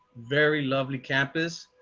very lovely campus,